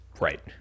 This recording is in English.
Right